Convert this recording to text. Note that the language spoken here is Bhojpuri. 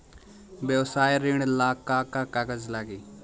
व्यवसाय ऋण ला का का कागज लागी?